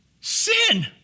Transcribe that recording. Sin